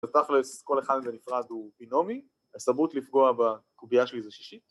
‫אז תכל'ס, כל אחד בנפרד הוא בינומי, ‫הסתברות לפגוע בקובייה שלי זה שישית.